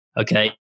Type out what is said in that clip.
okay